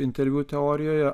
interviu teorijoje